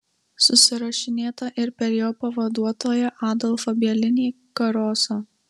susirašinėta ir per jo pavaduotoją adolfą bielinį karosą